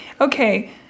okay